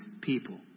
people